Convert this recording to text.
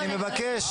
אני מבקש,